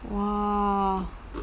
!wah!